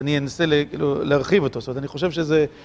אני אנסה כאילו להרחיב אותו, זאת אומרת, אני חושב שזה...